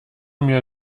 mir